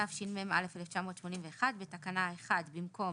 תשמ"א 1981 בתקנה 1 במקום